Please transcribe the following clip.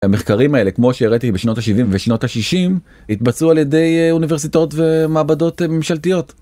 המחקרים האלה כמו שהראיתי בשנות ה-70 ושנות ה-60 התבצעו על ידי אוניברסיטאות ומעבדות ממשלתיות.